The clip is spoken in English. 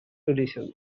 editions